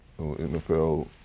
NFL